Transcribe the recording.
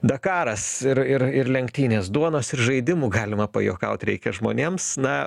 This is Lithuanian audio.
dakaras ir ir ir lenktynės duonos ir žaidimų galima pajuokaut reikia žmonėms na